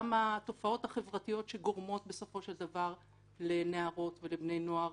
גם התופעות החברתיות שגורמות בסופו של דבר לנערות ובני נוער